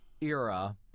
era